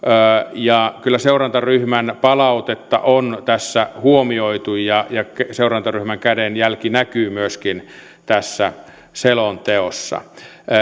ja kyllä seurantaryhmän palautetta on tässä huomioitu ja ja seurantaryhmän kädenjälki näkyy myöskin tässä selonteossa